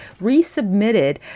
resubmitted